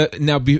now